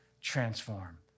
transform